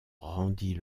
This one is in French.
rendit